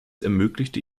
ermöglichte